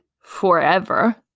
forever